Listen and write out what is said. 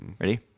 Ready